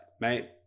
mate